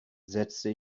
setzte